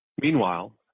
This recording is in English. Meanwhile